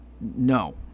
no